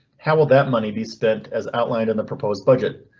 how will that money be spent as outlined in the proposed budget,